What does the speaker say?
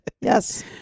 Yes